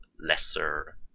lesser